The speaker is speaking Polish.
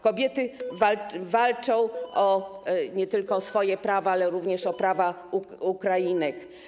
Kobiety walczą nie tylko o swoje prawa, ale również o prawa Ukrainek.